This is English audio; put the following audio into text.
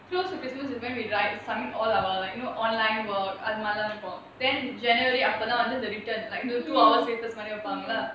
close to christmas is when we we write submit all our like online work அது மாதிரிலாம் இருக்கும்:athu maathirilaam irukum then january அப்போதான்:appothaan return like two hours later வைப்பாங்கல:vaipaangala